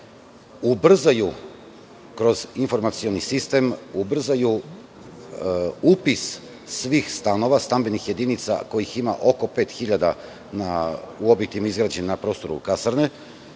ubrzaju kroz informacioni sistem upis svih stanova, stambenih jedinica, kojih ima oko 5.000 u objektima izgrađenim na prostoru Kasarne.